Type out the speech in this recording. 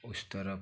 उस तरफ